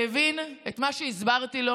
שהבין את מה שהסברתי לו,